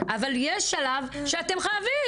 אבל יש שלב שאתם חייבים,